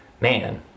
man